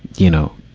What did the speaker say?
you know,